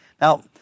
Now